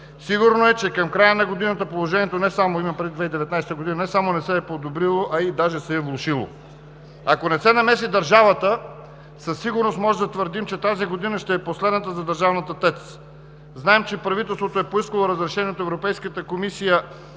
Сигурно е, че към края на годината положението – имам предвид 2019 г., не само не се е подобрило, а и даже се е влошило. Ако не се намеси държавата, със сигурност може да твърдим, че тази година ще е последната за държавната ТЕЦ. Знаем, че правителството е поискало разрешение от Европейската комисия